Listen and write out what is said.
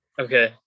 Okay